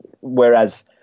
Whereas